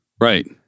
Right